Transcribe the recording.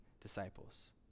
disciples